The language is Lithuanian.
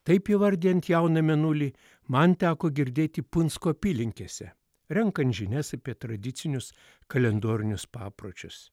taip įvardijant jauną mėnulį man teko girdėti punsko apylinkėse renkant žinias apie tradicinius kalendorinius papročius